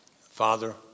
Father